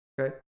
Okay